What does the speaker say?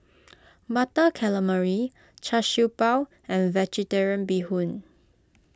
Butter Calamari Char Siew Bao and Vegetarian Bee Hoon